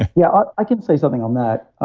yeah, i can say something on that. ah